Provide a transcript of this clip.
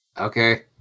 Okay